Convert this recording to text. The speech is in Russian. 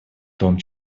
том